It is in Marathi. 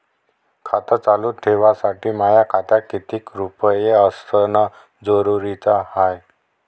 खातं चालू ठेवासाठी माया खात्यात कितीक रुपये असनं जरुरीच हाय?